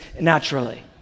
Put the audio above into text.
naturally